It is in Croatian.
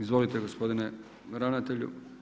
Izvolite gospodine ravnatelju.